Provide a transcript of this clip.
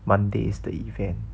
monday is the event